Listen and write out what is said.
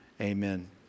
amen